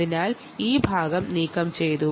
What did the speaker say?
അതിനാൽ ഈ ഭാഗം നീക്കംചെയ്തു